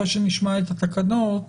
אחרי שנשמע את התקנות,